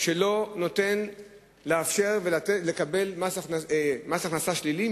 שלא מאפשר לקבל פיצוי ממס הכנסה שלילי,